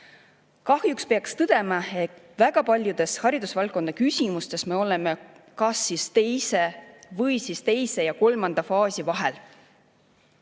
Kahjuks peab tõdema, et väga paljudes haridusvaldkonna küsimustes me oleme kas teises [faasis] või siis teise ja kolmanda faasi vahel.